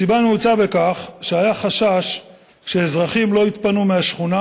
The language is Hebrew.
הסיבה נעוצה בכך שהיה חשש שאזרחים לא התפנו מהשכונה,